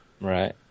Right